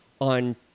on